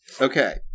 Okay